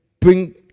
bring